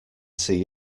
see